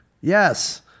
Yes